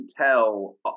tell